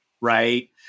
right